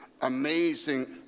amazing